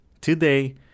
Today